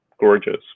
gorgeous